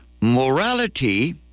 Morality